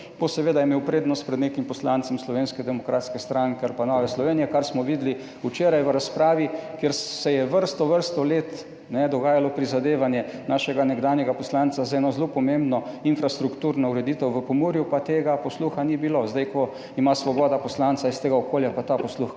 bo seveda imel prednost pred nekim poslancem Slovenske demokratske stranke ali pa Nove Slovenije, kar smo videli včeraj v razpravi, kjer se je vrsto, vrsto let dogajalo prizadevanje našega nekdanjega poslanca za eno zelo pomembno infrastrukturno ureditev v Pomurju, pa tega posluha ni bilo. Zdaj, ko ima Svoboda poslanca iz tega okolja, pa ta posluh